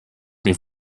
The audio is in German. mich